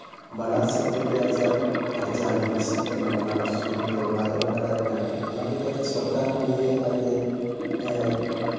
ᱵᱟᱱᱟᱨ ᱥᱮᱫ ᱠᱷᱚᱱᱜᱮ ᱟᱭᱟᱜ ᱠᱟᱨᱡᱟ ᱟᱹᱰᱤ ᱵᱮᱥᱤᱜ ᱠᱟᱱᱟ ᱚᱱᱟ ᱥᱩᱫ ᱵᱟᱭ ᱮᱢ ᱫᱟᱲᱮᱭᱟᱜ ᱠᱟᱱᱟ ᱚᱱᱟ ᱞᱮᱠᱟᱛᱮ ᱥᱚᱨᱠᱟᱨ ᱠᱷᱚᱱ ᱱᱤᱭᱟᱹ ᱟᱡᱼᱮ